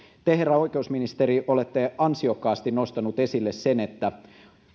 te herra oikeusministeri olette ansiokkaasti nostanut esille sen että